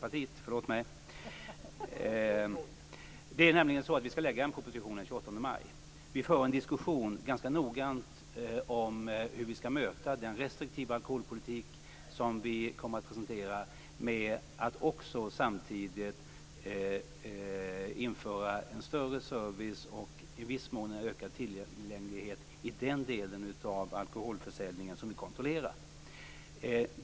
Vi för en ganska noggrann diskussion om hur vi skall möta den restriktiva alkoholpolitik som vi kommer att presentera med att samtidigt införa en större service och i viss mån en ökad tillgänglighet i den delen av alkoholförsäljningen som vi kontrollerar.